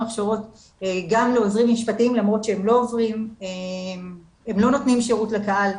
הכשרות גם לעוזרים משפטיים למרות שהם לא נותנים שירות לקהל,